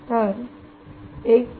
तर 1